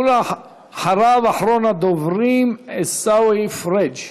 ואחריו אחרון הדוברים, עיסאווי פריג'.